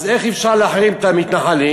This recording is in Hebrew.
אז איך אפשר להחרים את המתנחלים?